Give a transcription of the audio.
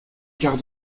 quart